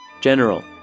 General